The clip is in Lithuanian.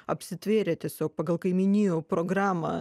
apsitvėrė tiesiog pagal kaimynijų programą